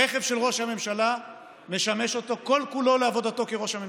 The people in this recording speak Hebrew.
הרכב של ראש הממשלה משמש אותו כל-כולו לעבודתו כראש הממשלה.